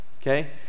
okay